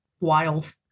wild